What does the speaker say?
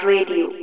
Radio